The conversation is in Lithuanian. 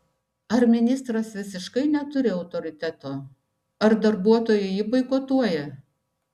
ar ministras visiškai neturi autoriteto ar darbuotojai jį boikotuoja